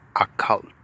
occult